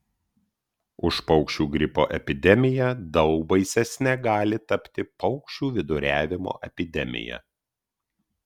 už paukščių gripo epidemiją daug baisesne gali tapti paukščių viduriavimo epidemija